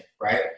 right